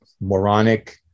moronic